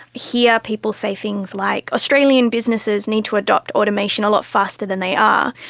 here people say things like australian businesses need to adopt automation a lot faster than they are.